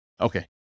Okay